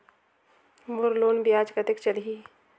मोर loan ब्याज कतेक चलही?